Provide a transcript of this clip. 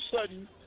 sudden